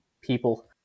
people